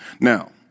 Now